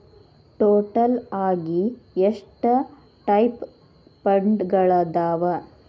total ಆಗಿ ಎಷ್ಟ types ಫಂಡ್ಗಳದಾವ